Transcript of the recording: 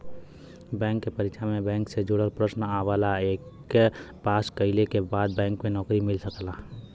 bank के परीक्षा में बैंक से जुड़ल प्रश्न आवला एके पास कइले के बाद बैंक में नौकरी मिल सकला